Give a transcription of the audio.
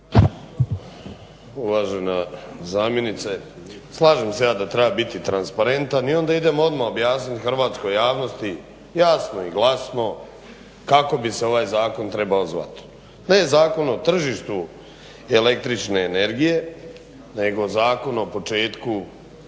Uvažena zamjenice, slažem se ja da treba biti transparentan i onda idemo odmah objasniti hrvatskoj javnosti jasno i glasno kako bi se ovaj zakon trebao zvati ne Zakon o tržištu električne energije, nego Zakon o početku